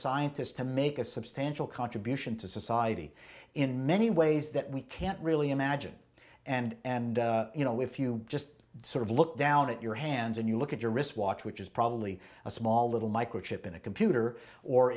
scientists to make a substantial contribution to society in many ways that we can't really imagine and you know if you just sort of look down at your hands and you look at your wrist watch which is probably a small little microchip in a computer or